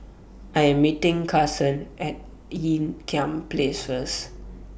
I Am meeting Kason At Ean Kiam Place First